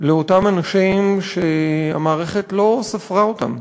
לאותם אנשים שהמערכת לא ספרה אותם,